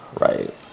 right